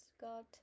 got